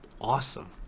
awesome